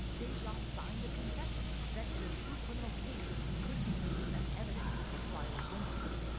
deja signed a confession that in a true criminal case could be used as evidence in a trial against her.